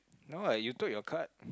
no ah you took your card